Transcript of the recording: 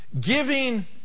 Giving